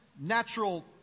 natural